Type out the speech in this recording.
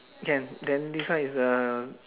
can then this one is a